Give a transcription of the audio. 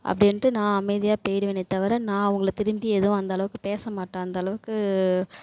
அப்படின்ட்டு நான் அமைதியாக பேய்விடுவேனே தவிர நான் அவங்கள திரும்பி எதுவும் அந்த அளவுக்கு பேசமாட்டேன் அந்த அளவுக்கு